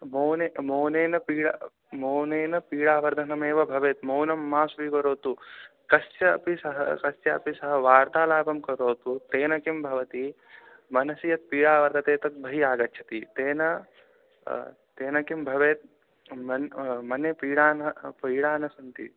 मौनेन मौनेन पिडा मौनेन पीडावर्धनमेव भवेत् मौनं मा स्वीकरोतु कस्यापि सह कस्यापि सह वार्तालापं करोतु तेन किं भवति मनसि यस पीडा वर्तते तद् बहिः आगच्छति तेन तेन किं भवेत् मनः मनसि पीडा न पीडा न सन्ति